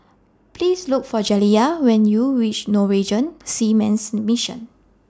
Please Look For Jaliyah when YOU REACH Norwegian Seamen's Mission